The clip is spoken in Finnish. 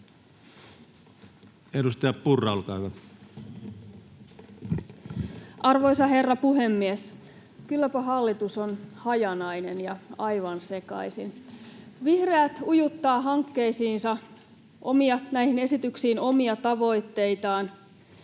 Arvoisa herra puhemies! Kylläpä hallitus on hajanainen ja aivan sekaisin. Vihreät ujuttaa hankkeisiinsa, näihin esityksiin, omia tavoitteitaan,